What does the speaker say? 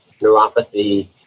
neuropathy